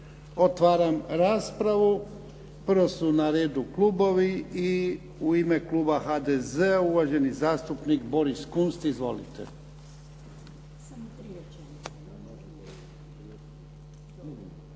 Otvaram raspravu. Prvo su na redu klubovi. I u ime kluba HDZ-a uvaženi zastupnik Boris Kunst. Izvolite.